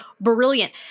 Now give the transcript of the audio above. brilliant